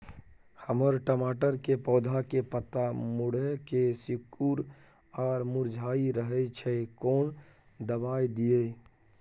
हमर टमाटर के पौधा के पत्ता मुड़के सिकुर आर मुरझाय रहै छै, कोन दबाय दिये?